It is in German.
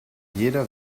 jeder